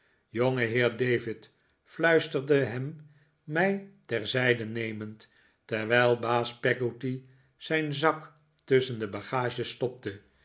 jongeheer david fluisterde ham mij ter zijde nemend terwijl baas peggotty zijn zak tusschen de bagage stopte